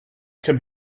come